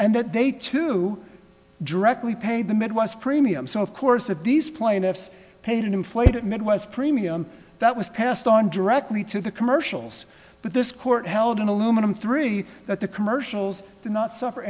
and that they too directly paid the midwest premium so of course of these plaintiffs paid an inflated midwest premium that was passed on directly to the commercials but this court held an aluminum three that the commercials did not suffer